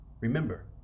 Remember